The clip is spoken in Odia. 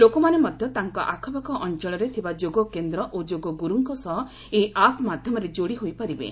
ଲୋକମାନେ ମଧ୍ୟ ତାଙ୍କ ଆଖାପାଖ ଅଞ୍ଚଳରେ ଥିବା ଯୋଗ କେନ୍ଦ୍ର ଓ ଯୋଗଗୁରୁଙ୍କ ସହ ଏହି ଆପ୍ ମାଧ୍ୟମରେ ଯୋଡି ହୋଇପାରିବେ